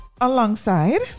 alongside